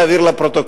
נא להעביר לפרוטוקול.